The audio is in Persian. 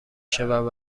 شود